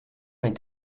est